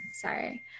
sorry